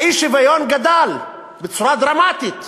האי-שוויון גדל בצורה דרמטית,